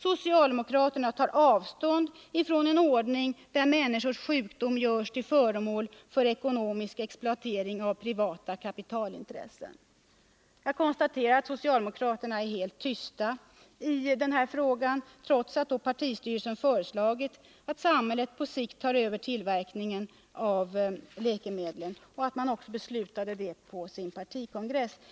Socialdemokratin tar avstånd från en ordning där människornas sjukdom görs till föremål för ekonomisk exploatering av privata kapitalintressen.” Jag konstaterar att socialdemokraterna är tysta i denna fråga trots att partistyrelsen har föreslagit och partikongressen beslutat att samhället på sikt skall ta över tillverkningen av läkemedel.